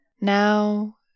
now